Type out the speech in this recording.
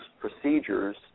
procedures